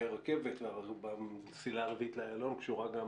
רכבת והמסילה הרביעית באיילון קשורה גם